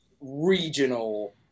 regional